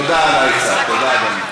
תודה על העצה, תודה, אדוני.